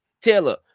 Taylor